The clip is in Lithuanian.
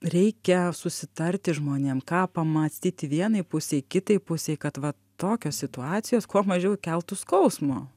reikia susitarti žmonėm ką pamąstyti vienai pusei kitai pusei kad va tokios situacijos kuo mažiau keltų skausmo